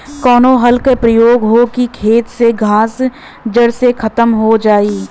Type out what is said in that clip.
कवने हल क प्रयोग हो कि खेत से घास जड़ से खतम हो जाए?